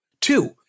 Two